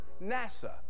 nasa